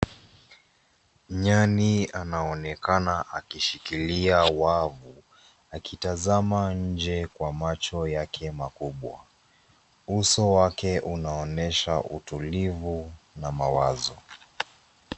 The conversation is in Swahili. Nyani anaonekana akishikilia wavu, akitazama nje kwa macho yake makubwa. Uso wake unaonyesha utulivu na mawazo.